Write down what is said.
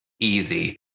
Easy